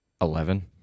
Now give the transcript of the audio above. Eleven